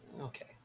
okay